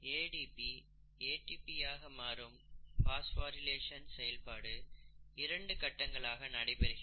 ADP ATP ஆக மாறும் phosphorylation செயல்பாடு இரண்டு கட்டங்களாக நடைபெறுகிறது